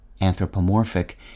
anthropomorphic